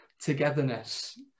togetherness